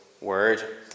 word